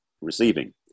receiving